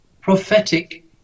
prophetic